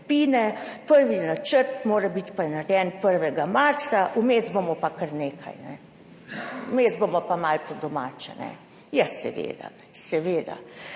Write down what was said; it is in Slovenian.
prvi načrt mora biti pa je narejen 1. marca, vmes bomo pa kar nekaj. Vmes bomo pa malo po domače. Ja, seveda,